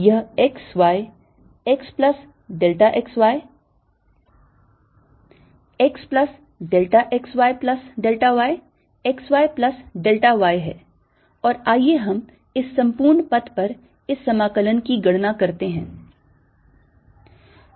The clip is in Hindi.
यह x y x plus delta x y x plus delta x y plus delta y x y plus delta y है और आइए हम इस संपूर्ण पथ पर इस समाकलन की गणना करते हैं